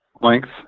length